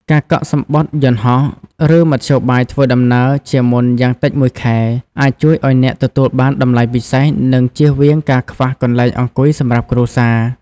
ការកក់សំបុត្រយន្តហោះ ឬមធ្យោបាយធ្វើដំណើរជាមុនយ៉ាងតិចមួយខែ អាចជួយឱ្យអ្នកទទួលបានតម្លៃពិសេស និងជៀសវាងការខ្វះកន្លែងអង្គុយសម្រាប់គ្រួសារ។